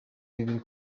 bibiri